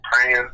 praying